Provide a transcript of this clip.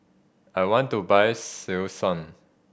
I want to buy Selsun